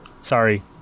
sorry